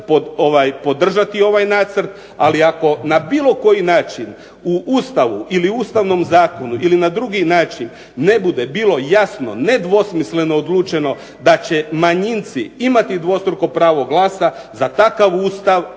podržati ovaj nacrt, ali na bilo koji način u Ustavu ili Ustavnom zakonu ili na drugi način ne bude bilo jasno nedvosmisleno odlučeno da će manjinci imati dvostruko pravo glasa, za takav Ustav